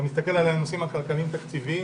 על הנושאים הכלכליים תקציביים,